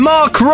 Mark